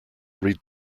read